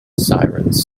sirens